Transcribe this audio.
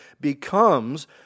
becomes